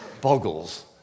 boggles